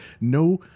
No